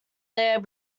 there